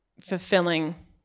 fulfilling